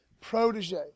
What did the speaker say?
protege